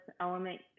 element